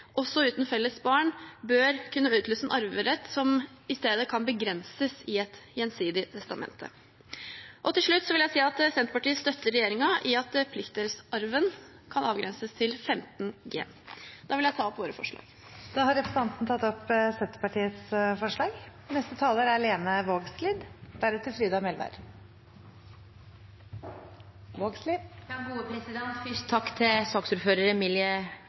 også uten felles barn, bør kunne utløse en arverett som i stedet kan begrenses i et gjensidig testament. Til slutt vil jeg si at Senterpartiet støtter regjeringen i at pliktdelsarven kan avgrenses til 15 G. Jeg tar opp våre forslag. Representanten Emilie Enger Mehl har tatt opp